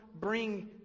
bring